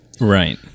Right